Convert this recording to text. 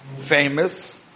famous